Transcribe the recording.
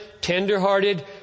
tenderhearted